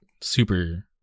super